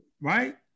Right